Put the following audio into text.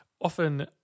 often